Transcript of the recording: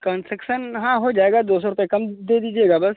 concession हाँ हो जाएगा दो सौ रुपये कम दे दीजिएगा बस